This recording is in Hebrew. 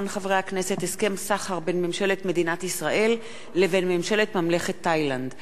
הסכם סחר בין ממשלת מדינת ישראל לבין ממשלת ממלכת תאילנד.